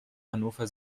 hannover